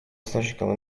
источникам